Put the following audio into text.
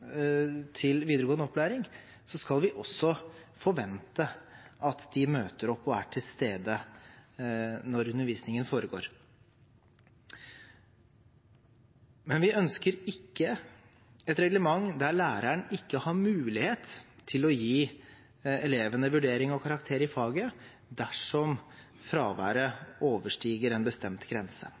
til videregående opplæring, skal vi også forvente at de møter opp og er til stede når undervisningen foregår. Men vi ønsker ikke et reglement der læreren ikke har mulighet til å gi elevene vurdering og karakter i faget dersom fraværet overstiger en bestemt grense.